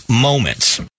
moments